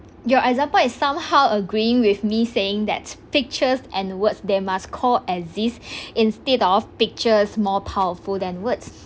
your example is somehow agreeing with me saying that pictures and words they must co exist instead of pictures more powerful than words